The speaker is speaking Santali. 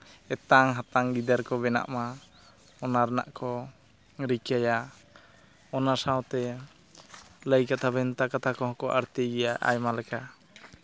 ᱮᱛᱟᱝ ᱦᱟᱛᱟᱝ ᱜᱤᱫᱟᱹᱨ ᱠᱚ ᱵᱮᱱᱟᱜ ᱢᱟ ᱚᱱᱟ ᱨᱮᱱᱟᱜ ᱠᱚ ᱨᱤᱠᱟᱹᱭᱟ ᱚᱱᱟ ᱥᱟᱶᱛᱮ ᱞᱟᱹᱭ ᱠᱟᱛᱷᱟ ᱵᱷᱮᱱᱛᱟ ᱠᱟᱛᱷᱟ ᱠᱚᱦᱚᱸ ᱠᱚ ᱟᱬᱛᱤ ᱜᱮᱭᱟ ᱟᱭᱢᱟ ᱞᱮᱠᱟ